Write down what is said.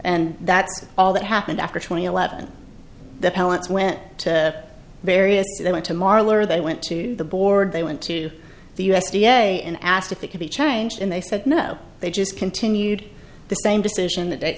and that all that happened after twenty eleven the pellets went to various they went to marler they went to the board they went to the u s d a and asked if it could be changed and they said no they just continued the same decision that